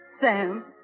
Sam